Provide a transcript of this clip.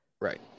Right